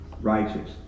righteous